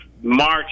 March